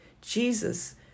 Jesus